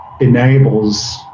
enables